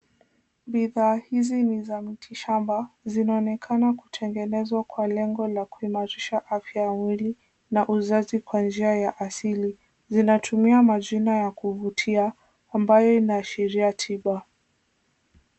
Bidhaa hizi ni za mti shamba. Zinaonekana kutengenezwa kwa lengo la kuimarisha afya ya mwili na uzazi kwa njia ya asili. Zinatumia majina ya kuvutia ambayo inaashiria tiba.